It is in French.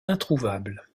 introuvable